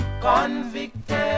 Convicted